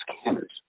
scanners